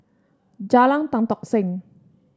Jalan Tan Tock Seng